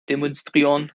demonstrieren